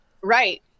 right